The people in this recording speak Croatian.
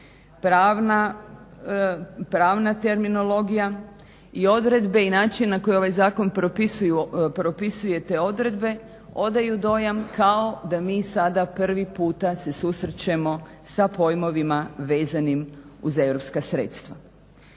pravna terminologija i odredbe i način na koji ovaj zakon propisuje te odredbe, odaju dojam kao da mi sada prvi puta se susrećemo sa pojmovima vezanim uz europska sredstva.